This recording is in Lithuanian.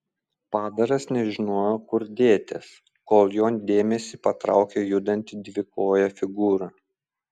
padaras nežinojo kur dėtis kol jo dėmesį patraukė judanti dvikojė figūra